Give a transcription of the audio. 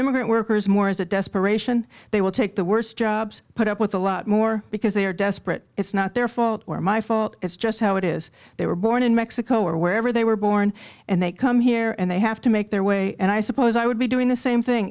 immigrant workers more as a desperation they will take the worst jobs put up with a lot more because they are desperate it's not their fault or my fault it's just how it is they were born in mexico or wherever they were born and they come here and they have to make their way and i suppose i would be doing the same thing